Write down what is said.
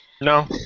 No